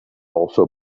also